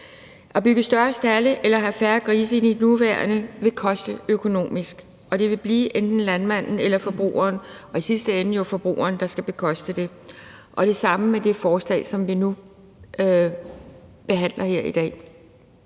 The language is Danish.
At bygge større stalde eller have færre grise i de nuværende vil koste økonomisk, og det vil blive enten landmanden eller forbrugeren – i sidste ende jo forbrugeren – der skal bekoste det. Det er det samme med det forslag, som vi nu behandler her i dag,